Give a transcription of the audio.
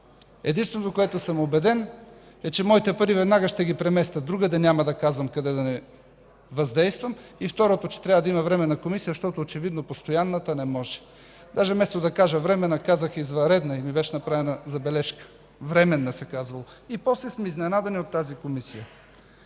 единственото, в което съм убеден е, че моите пари веднага ще ги преместя другаде – няма да казвам къде, за да не въздействам. Второто е, че трябва да има Временна комисия, защото очевидно постоянната не може... Даже, вместо да кажа Временна, казах извънредна и ми беше направена забележка – Временна се казвало. И после сме изненадани от тази комисия.